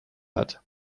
hat